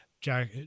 jack